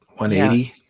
180